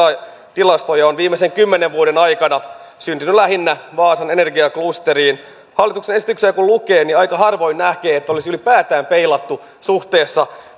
tilastoja on viimeisen kymmenen vuoden aikana syntynyt lähinnä vaasan energiaklusteriin hallituksen esityksiä kun lukee niin aika harvoin näkee että olisi ylipäätään peilattu suhteessa